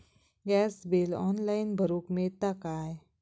Gas bill online भरुक मिळता काय?